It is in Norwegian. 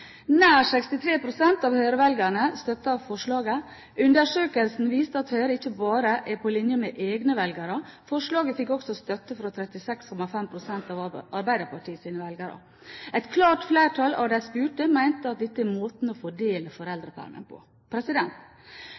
Nær 63 pst. av Høyre-velgerne støttet forslaget. Undersøkelsen viste at Høyre ikke bare er på linje med egne velgere, forslaget fikk også støtte fra 36,5 pst. av Arbeiderpartiets velgere. Et klart flertall av de spurte mente at dette er måten å fordele foreldrepermen på.